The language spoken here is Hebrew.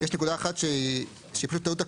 יש נקודה אחת שהיא פשוט,